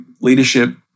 leadership